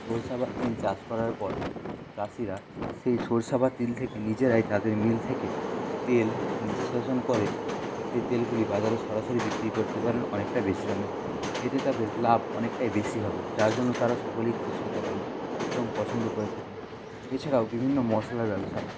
সরষা বা তিল চাষ করার পর চাষিরা সেই সরষা বা তিল থেকে নিজেরাই তাদের মিল থেকে তেল নিঃশোষণ করে সেই তেলগুলি বাজারে সরাসরি বিক্রি করতে পারেন অনেকটা বেশি দামে এতে তাদের লাভ অনেকটাই বেশি হবে যার জন্য তারা সকলেই খুশি হতে পারেন এবং পছন্দ করে থাকেন এছাড়াও বিভিন্ন মশলার ব্যবসা